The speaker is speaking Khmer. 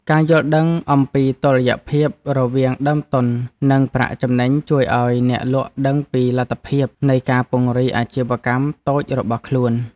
ការយល់ដឹងអំពីតុល្យភាពរវាងដើមទុននិងប្រាក់ចំណេញជួយឱ្យអ្នកលក់ដឹងពីលទ្ធភាពនៃការពង្រីកអាជីវកម្មតូចរបស់ខ្លួន។